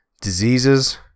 diseases